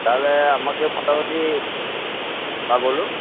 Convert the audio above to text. তাহলে আমাকে মোটামুটি হ্যাঁ বলুন